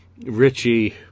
Richie